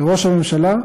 וראש הממשלה,